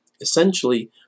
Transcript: Essentially